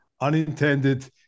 unintended